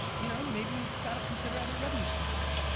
you know, maybe you've got to consider other revenue streams,